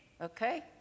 okay